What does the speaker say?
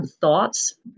thoughts